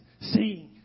seeing